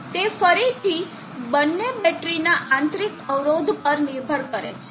તે ફરીથી બંને બેટરીના આંતરિક અવરોધ પર નિર્ભર છે